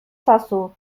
ezazu